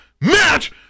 match